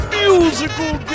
musical